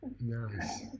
nice